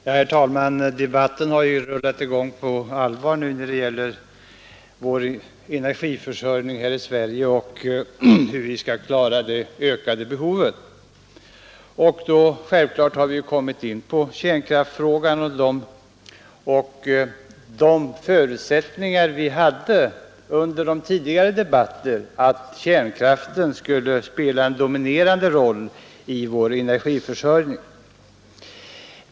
Herr talman! Debatten om vår energiförsörjning och om hur vi skall klara det ökade behovet av energi har ju rullat i gång på allvar nu. Då har vi självfallet kommit in på kärnkraftsfrågan och de förutsättningar vi haft under tidigare debatter, att kärnkraften skulle spela en dominerande roll i vår energiförsörjning.